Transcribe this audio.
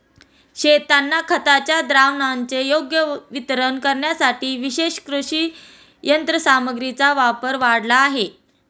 शेतांना खताच्या द्रावणाचे योग्य वितरण करण्यासाठी विशेष कृषी यंत्रसामग्रीचा वापर वाढला आहे